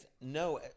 No